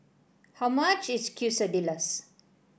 how much is Quesadillas